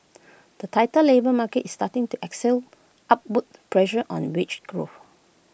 the tighter labour market is starting to excel upward pressure on wage growth